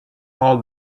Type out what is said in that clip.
all